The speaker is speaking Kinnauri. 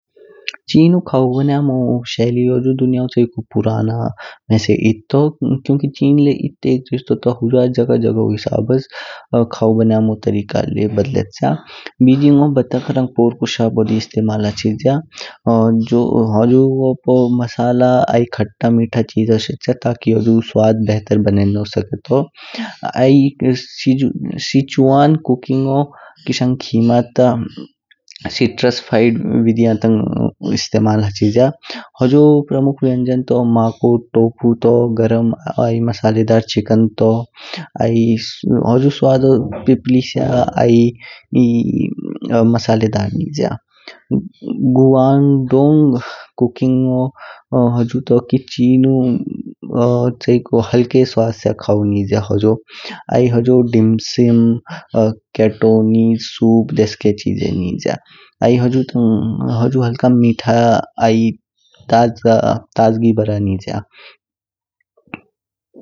चिनु खऊव बनयो शेली हजू दुनियाओ चेकू पुराना मेसे एध तू। क्युकी चिन ले एध तग देश तो हूजा ल्यय जघ जघू हिसाब्स खऊव बनयमो तरका बदलेच्या। बिजीएनु बतख रंग पोरकु शा बोडी इस्तमाल हचिज्या, आह हुजगाओ पू मसाला, आई खट्टा मीठा चिजो शेच्या तकी हजू स्वाद बव्हतर बनने सकतो। आई शिचु। सिचुआन कुकिंग किशंग खीमा ता सित्रस्त फीड वीडियोइन तंग इस्तमाल हचिज्या। होजो प्रमुख व्यंजन तू मको टोपु तू गर्म आई मसालेदार तू। आई हजू स्वदो पिपलेस्या आई मसालेदार निज्य। गुवंदने कुकिंगू हजू तू कि चिनु च्यिकू हल्के स्वाद सा खऊव निज्य होजो। आई होजो डिम सिम, कितोनी सूप देसके चिजो निज्य। आई हजू तंग। हजू हल्का मीठा आई ताजा ताजगी ब्रा हुआ निज्य।